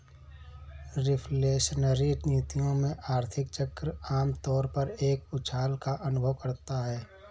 reflationary नीतियों में, आर्थिक चक्र आम तौर पर एक उछाल का अनुभव करता है